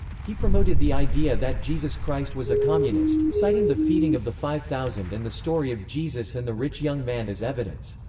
he promoted the idea that jesus christ was a communist, citing the feeding of the five thousand and the story of jesus and the rich young man as evidence.